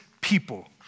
people